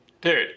dude